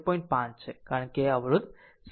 5 છે કારણ કે અવરોધ 0